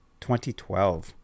2012